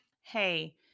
Hey